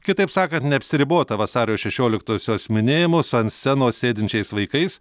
kitaip sakant neapsiribota vasario šešioliktosios minėjimus ant scenos sėdinčiais vaikais